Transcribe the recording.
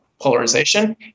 polarization